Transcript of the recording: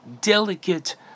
delicate